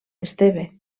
esteve